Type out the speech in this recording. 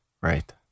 right